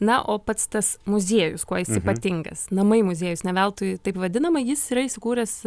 na o pats tas muziejus kuo jis ypatingas namai muziejus ne veltui taip vadinama jis yra įsikūręs